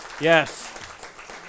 yes